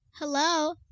Hello